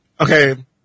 Okay